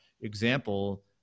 example